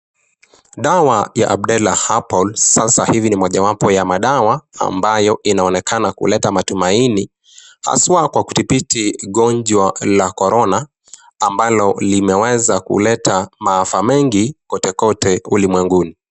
Dawa ya Abdellah Herbal sasa hivi ni moja yapo ya madawa ambayo inaonekana kuleta matumaini hasua kwa kudhibiti gonjwa la korona ambalo limeweza kuleta maafa mingi kote kote ulimwenguni.